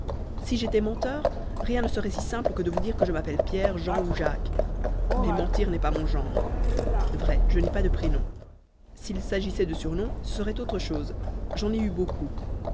si j'étais menteur rien ne serait si simple que de vous dire que je m'appelle pierre jean ou jacques mais mentir n'est pas mon genre vrai je n'ai pas de prénoms s'il s'agissait de surnoms ce serait autre chose j'en ai eu beaucoup